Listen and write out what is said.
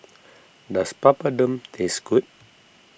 does Papadum taste good